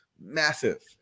massive